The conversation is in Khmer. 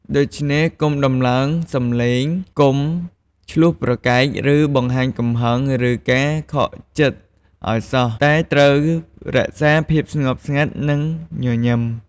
ដូច្នេះ កុំដំឡើងសំឡេង កុំឈ្លោះប្រកែក ឬបង្ហាញកំហឹង ឬការខកចិត្តឱ្យសោះ តែត្រូវរក្សាភាពស្ងប់ស្ងាត់ និងញញឹម។